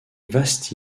vaste